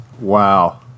Wow